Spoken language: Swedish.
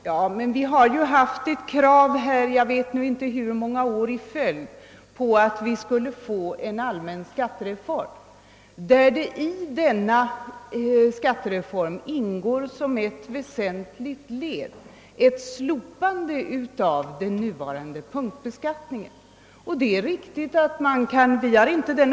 Ja, men vi har ju under jag vet inte hur många år i följd krävt en allmän skattereform, i vilken ett slopande av den nuvarande punktbeskattningen ingår som ett väsentligt led.